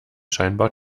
scheinbar